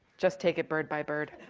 just take it bird by bird